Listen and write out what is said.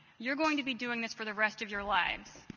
you're going to be doing this for the rest of your lives,